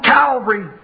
Calvary